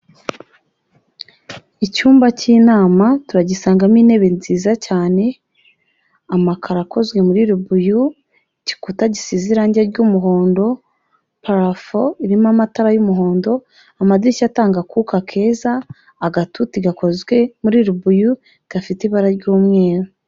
Icyumba cy'inama turagisangamo intebe nziza cyane, amakaro akozwe muri rubuyu, igikuta gisize irangi ry'umuhondo, parafo irimo amatara y'umuhondo, amadirishya atanga akuka keza, agatuti gakozwe muri rubuyu gafite ibara ry'umweru.